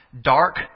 Dark